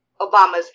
Obama's